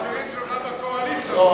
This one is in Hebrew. אתה רוצה פה מדינת הלכה,